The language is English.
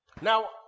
Now